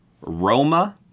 Roma